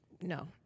No